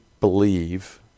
believe